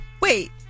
Wait